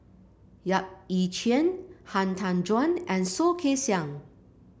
Yap Ee Chian Han Tan Juan and Soh Kay Siang